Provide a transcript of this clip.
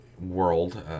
world